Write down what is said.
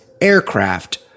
aircraft